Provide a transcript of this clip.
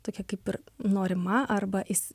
tokia kaip ir norima arba is